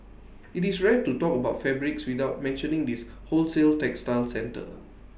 IT is rare to talk about fabrics without mentioning this wholesale textile centre